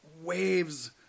waves